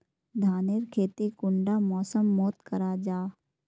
धानेर खेती कुंडा मौसम मोत करा जा?